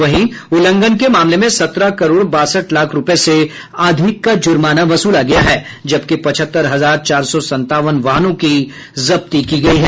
वहीं उल्लंघन के मामले में सत्रह करोड़ बासठ लाख रूपये से अधिक का जुर्माना वसूला गया है जबकि पचहत्तर हजार चार सौ संतावन वाहनों की जब्ती की गयी है